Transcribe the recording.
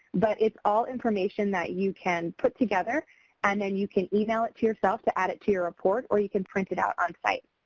but it's all information that you can put together and then you can email it to yourself to add it to your report or you can print it out on site.